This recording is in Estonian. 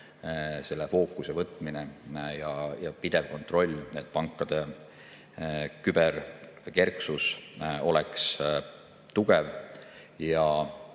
selle fookuse võtmine ja pidev kontroll, et pankade küberkerksus oleks tugev ja